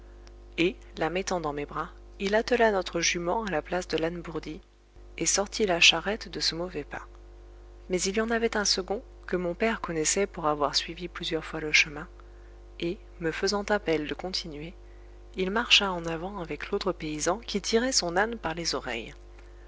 et la mettant dans mes bras il attela notre jument à la place de l'âne bourdi et sortit la charrette de ce mauvais pas mais il y en avait un second que mon père connaissait pour avoir suivi plusieurs fois le chemin et me faisant appel de continuer il marcha en avant avec l'autre paysan qui tirait son âne par les oreilles